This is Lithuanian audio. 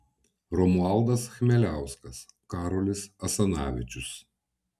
romualdas chmeliauskas karolis asanavičius